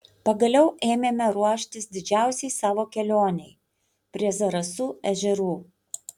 pagaliau ėmėme ruoštis didžiausiai savo kelionei prie zarasų ežerų